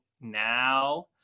now